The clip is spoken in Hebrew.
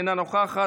אינה נוכחת.